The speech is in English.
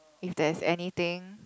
if there's anything